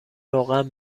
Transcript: روغن